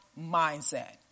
mindset